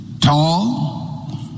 tall